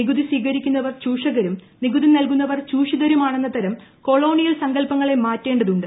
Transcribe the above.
നികുതി സ്വീകരിക്കുന്നവർ ചൂഷകരും നികുതി നൽകുന്നവർ ചൂഷിതരും ആണെന്ന തരം കൊളോണിയൽ സങ്കല്പങ്ങളെ മാറ്റേണ്ടതുണ്ട്